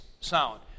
sound